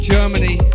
Germany